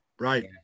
Right